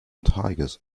tigers